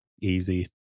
Easy